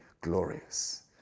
glorious